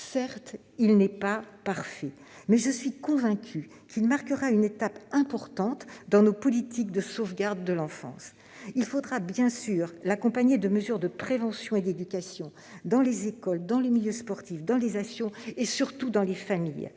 Certes, il n'est pas parfait, mais je suis convaincue qu'il marquera une étape importante dans nos politiques de sauvegarde de l'enfance. Il faudra bien sûr l'accompagner de mesures de prévention et d'éducation dans les écoles, dans les milieux sportifs, dans les associations et, surtout, dans les familles.